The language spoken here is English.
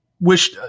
wish